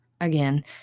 Again